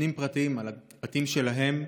מבנים פרטים, על הבתים שלהם,